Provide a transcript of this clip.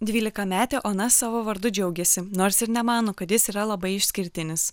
dvylikametė ona savo vardu džiaugiasi nors ir nemano kad jis yra labai išskirtinis